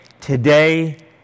Today